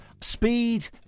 speed